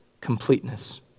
completeness